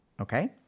Okay